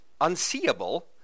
unseeable